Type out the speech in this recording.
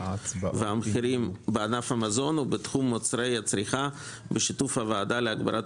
והמחירים בענף המזון ובתחום מוצרי הצריכה בשיתוף הוועדה להגברת